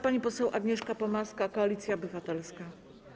Pani poseł Agnieszka Pomaska, Koalicja Obywatelska.